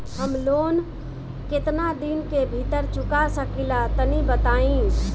हम लोन केतना दिन के भीतर चुका सकिला तनि बताईं?